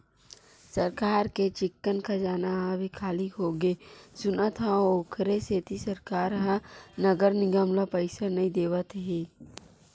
सरकार के चिक्कन खजाना ह अभी खाली होगे सुनत हँव, ओखरे सेती सरकार ह नगर निगम ल पइसा नइ देवत हे